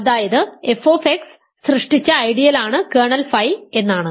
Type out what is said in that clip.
അതായത് f സൃഷ്ടിച്ച ഐഡിയലാണ് കേർണൽ ഫൈ എന്നാണ്